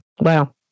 Wow